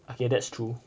okay that's true